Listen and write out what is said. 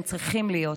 הם צריכים להיות,